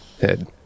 head